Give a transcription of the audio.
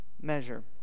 measure